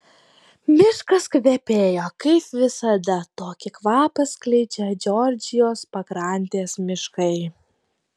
miškas kvepėjo kaip visada tokį kvapą skleidžia džordžijos pakrantės miškai